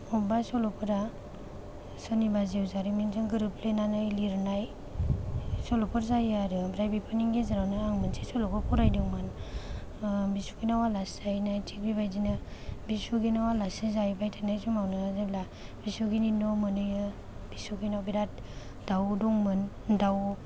अबेबा सल'फोरा सोरनिबा जिउ जारिमिनजों गोरोबफ्लेनानै लिरनाय सल'फोर जायो आरो ओमफ्राय बेफोरनि गेजेरावनो आं मोनसे सल'खौ फरायदोंमोन ओ बिसुखेनाव आलासि जाहैनाय थिग बेबायदिनो बिसुखेनाव आलासि जाहैबाय थानाय समावनो जेब्ला बिसुखेनि न' मोनहैयो बिसुखेनाव बिराद दाउ दंमोन दाउ